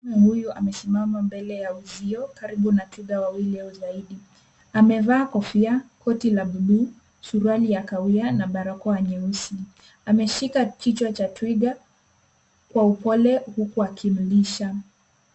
Mwanamume huyu amesimama mbele ya uzio karibu na twiga wawili au zaidi . Amevaa kofia, koti la buluu, suruali ya kahawia na barakoa nyeusi. Ameshika kichwa cha twiga kwa upole huku akimlisha.